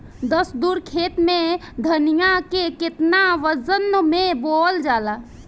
दस धुर खेत में धनिया के केतना वजन मे बोवल जाला?